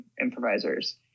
improvisers